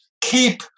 keep